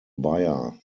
bayer